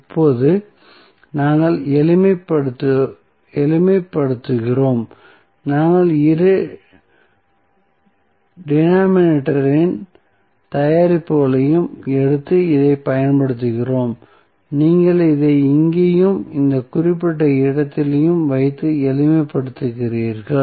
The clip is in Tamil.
இப்போது நாங்கள் எளிமைப்படுத்துகிறோம் நாங்கள் இரு டெனோமினேட்டர் இன் தயாரிப்புகளையும் எடுத்து இதைப் பயன்படுத்துகிறோம் நீங்கள் இதை இங்கேயும் இந்த குறிப்பிட்ட இடத்திலும் வைத்து எளிமைப்படுத்துகிறீர்கள்